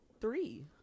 three